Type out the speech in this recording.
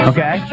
Okay